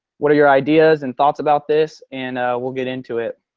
what are your ideas and thoughts about this? and we'll get into it.